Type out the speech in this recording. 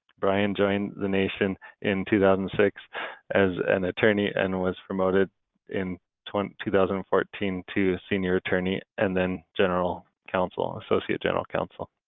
bryan joined the nation in two thousand and six as an attorney and was promoted in two um two thousand and fourteen to senior attorney and then general counsel, associate general counsel,